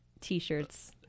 T-shirts